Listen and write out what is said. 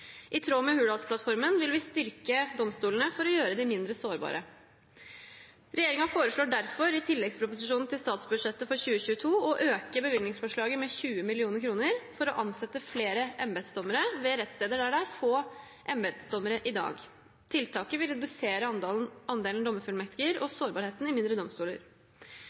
I tråd med Hurdalsplattformen vil vi styrke domstolene for å gjøre dem mindre sårbare. Regjeringen foreslår derfor i tilleggsproposisjonen til statsbudsjettet for 2022 å øke bevilgningsforslaget med 20 mill. kr for å ansette flere embetsdommere ved rettssteder der det er få embetsdommere i dag. Tiltaket vil redusere andelen dommerfullmektiger og sårbarheten i mindre domstoler.